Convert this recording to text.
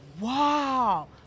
wow